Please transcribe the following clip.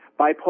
bipolar